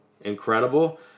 incredible